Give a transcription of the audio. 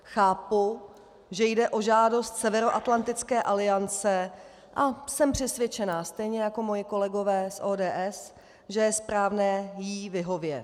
Chápu, že jde o žádost Severoatlantické aliance, a jsem přesvědčena stejně jako moji kolegové z ODS, že je správné jí vyhovět.